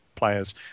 players